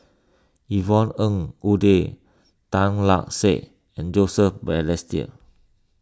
Yvonne Ng Uhde Tan Lark Sye and Joseph Balestier